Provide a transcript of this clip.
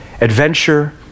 adventure